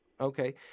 Okay